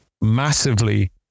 massively